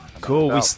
Cool